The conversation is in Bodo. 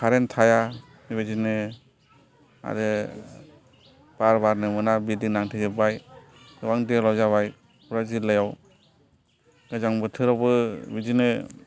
कारेन्ट थाया बेबादिनो आरो बार बारनो मोना बिल्दिं नांथेजोबबाय गोबां देभलब जाबाय जिल्लायाव गोजां बोथोरावबो बिदिनो